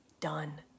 done